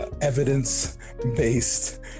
evidence-based